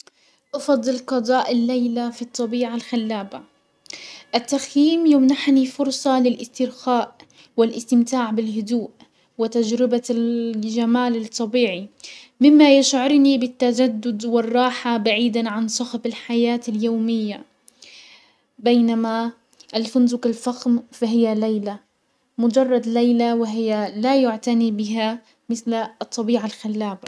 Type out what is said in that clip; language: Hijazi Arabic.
افضل قضاء الليلة في الطبيعة الخلابة. التخييم يمنحني فرصة للاسترخاء والاستمتاع بالهدوء وتجربة الجمال الطبيعي، مما يشعرني بالتجدد والراحة بعيدا عن صخب الحياة اليومية، بينما الفندق الفخم فهي ليلة، مجرد ليلة وهي لا يعتني بها مثل الطبيعة الخلابة.